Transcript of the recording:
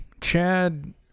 Chad